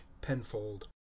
Penfold